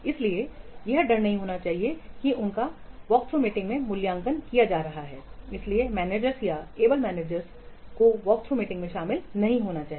इसलिए यह डर नहीं होना चाहिए कि उनका मूल्यांकन वॉकथ्रू मीटिंग में किया जा रहा है इसीलिए मैनेजरस या एबल मैनेजरस या का वॉकथ्रू मीटिंग में शामिल नहीं होना चाहिए